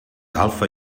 alfa